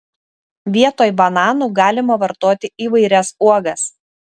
vietoj bananų galima vartoti įvairias uogas